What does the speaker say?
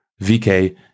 VK